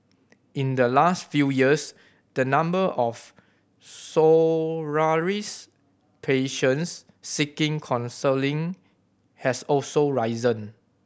in the last few years the number of patients seeking counselling has also risen